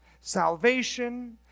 salvation